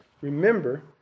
Remember